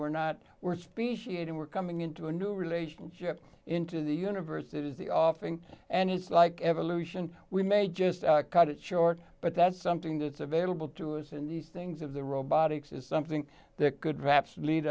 we're not we're speciating we're coming into a new relationship into the universe that is the offing and it's like evolution we may just cut it short but that's something that's available to us in these things of the robotics is something that could perhaps lead